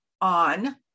on